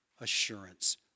assurance